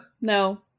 No